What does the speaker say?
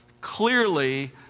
clearly